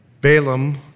Balaam